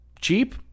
cheap